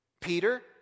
Peter